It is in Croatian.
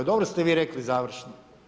Dobro ste vi rekli završno.